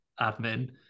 admin